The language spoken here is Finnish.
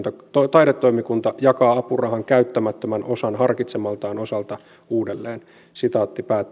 taidetoimikunta jakaa apurahan käyttämättömän osan harkitsemaltaan osalta uudelleen